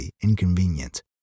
inconvenient